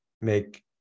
make